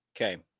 Okay